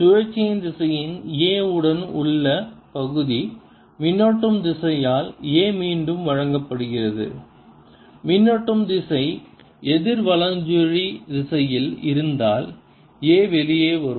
சுழற்சியின் திசையன் A உடன் உள்ள பகுதி மின்னோட்டம் திசையால் A மீண்டும் வழங்கப்படுகிறது மின்னோட்டம் திசை எதிர் வலஞ்சுழி திசையில் இருந்தால் A வெளியே வரும்